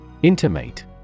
Intimate